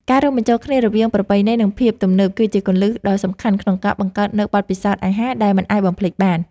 ការរួមបញ្ចូលគ្នារវាងប្រពៃណីនិងភាពទំនើបគឺជាគន្លឹះដ៏សំខាន់ក្នុងការបង្កើតនូវបទពិសោធន៍អាហារដែលមិនអាចបំភ្លេចបាន។